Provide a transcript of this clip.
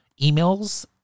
emails